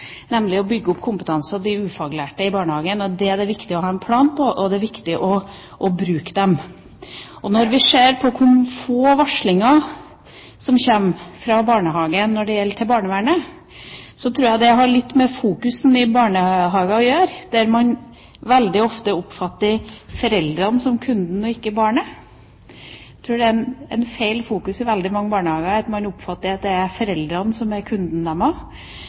nemlig å bygge opp kompetansen til de ufaglærte i barnehagen. Det er det viktig å ha en plan for, og det er viktig å bruke dem. Når vi ser på hvor få varslinger som kommer fra barnehagen til barnevernet, tror jeg det har litt å gjøre med fokuset i barnehagen, der man veldig ofte oppfatter foreldrene som kunden og ikke barnet. Jeg tror det er et feil fokus i veldig mange barnehager når man oppfatter det slik at det er foreldrene som er kunden,